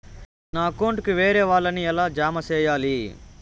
నా అకౌంట్ కు వేరే వాళ్ళ ని ఎలా జామ సేయాలి?